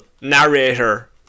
narrator